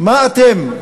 מה אתם,